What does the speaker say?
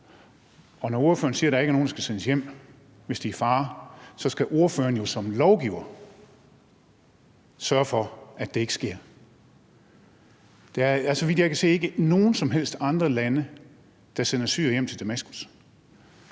og når ordføreren siger, at der ikke er nogen, der skal sendes hjem, hvis de er i fare, så skal ordføreren jo som lovgiver sørge for, at det ikke sker. Der er, så vidt jeg kan se, ikke nogen som helst andre lande, der sender syrere hjem til Damaskus.